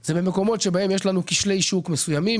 זה במקומות שבהם יש לנו כשלי שוק מסוימים,